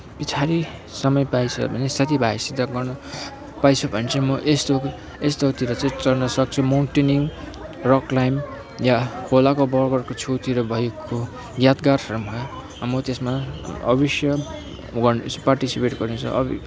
पछाडि समय पाएछ भने साथी भाइहरूसित गर्नु पाएछु भने चाहिँ म यस्तो यस्तोतिर चाहिँ चढ्नु सक्छु माउन्टेनिङ रक क्लाइम्ब या खोलाको बगरको छेउतिर भएको यादगारहरूमा म त्यसमा अवश्य वान्स पार्टिसिपेट गर्नेछु